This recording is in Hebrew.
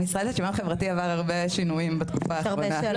המשרד לשוויון חברתי עבר הרבה שינויים בתקופה האחרונה.